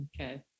Okay